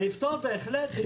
זה בהחלט יפתור.